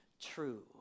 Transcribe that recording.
true